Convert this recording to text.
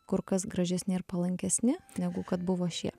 kur kas gražesni ir palankesni negu kad buvo šie